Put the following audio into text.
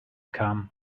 come